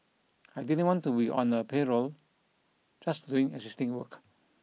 I didn't want to be on a payroll just doing existing work